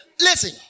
Listen